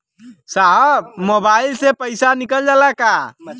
साहब मोबाइल से पैसा निकल जाला का?